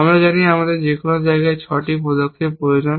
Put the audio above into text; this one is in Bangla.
আমরা জানি আমাদের যে কোনও জায়গায় এই 6টি পদক্ষেপ প্রয়োজন